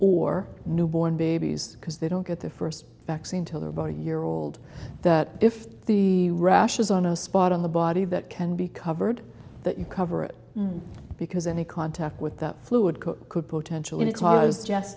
or newborn babies because they don't get the first vaccine till their body year old that if the rash is on a spot on the body that can be covered that you cover it because any contact with that fluid could potentially cause j